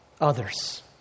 others